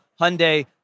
Hyundai